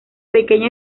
pequeña